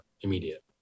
immediate